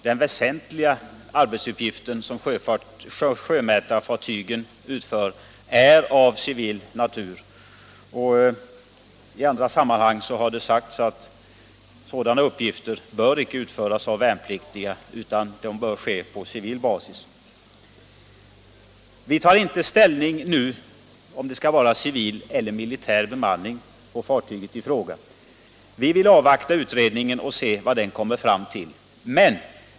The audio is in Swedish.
Den väsentliga arbetsuppgift som sjömätningsfartygen utför är av civil natur, och det har i andra sammanhang sagts att sådana uppgifter icke bör utföras av militär personal. Vi tar nu inte ställning till om bemanningen på fartyget i fråga skall vara civil eller militär. Vi vill avvakta det resultat utredningen kommer fram till.